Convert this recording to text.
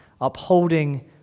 Upholding